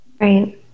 right